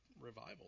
revival